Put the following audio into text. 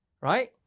right